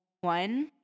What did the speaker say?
one